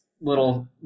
little